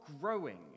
growing